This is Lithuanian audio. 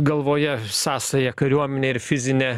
galvoje sąsają kariuomenė ir fizinė